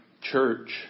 Church